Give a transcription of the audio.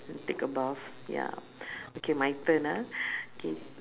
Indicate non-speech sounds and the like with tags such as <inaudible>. and take a bath ya <breath> okay my turn ah <breath> K